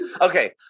Okay